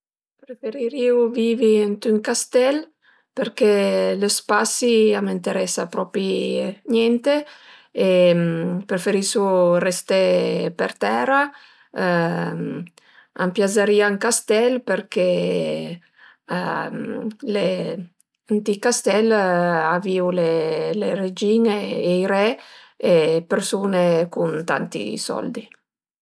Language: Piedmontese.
Preferirìu vivi ënt ün castèl përché lë spasi a m'enteresa propi niente e preferisu resté per tera a m'piazërìa ën castèl përché le ënt i castèl a vìu le regin-e e i re e le persun-e cun tanti soldi